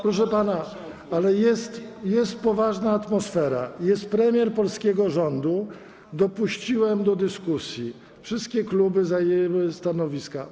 Proszę pana, ale jest poważna atmosfera, jest premier polskiego rządu, dopuściłem do dyskusji, wszystkie kluby zajęły stanowiska.